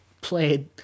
played